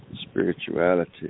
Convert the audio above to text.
Spirituality